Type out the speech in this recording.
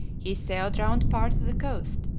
he sailed round part of the coast,